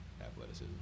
athleticism